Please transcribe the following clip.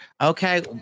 Okay